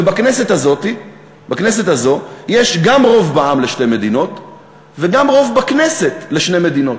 ובכנסת הזו יש גם רוב בעם לשתי מדינות וגם רוב בכנסת לשתי מדינות.